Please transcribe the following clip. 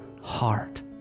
heart